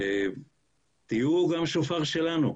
תהיו גם שופר שלנו.